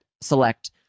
select